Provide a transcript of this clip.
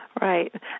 Right